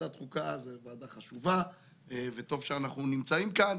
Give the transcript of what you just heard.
ועדת חוקה זו ועדה חשובה וטוב שאנחנו נמצאים כאן,